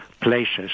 places